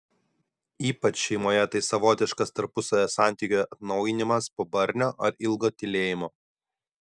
ypač šeimoje tai savotiškas tarpusavio santykių atnaujinimas po barnio ar ilgo tylėjimo